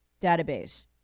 database